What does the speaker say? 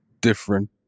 different